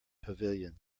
pavilion